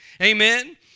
Amen